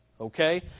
Okay